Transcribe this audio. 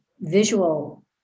visual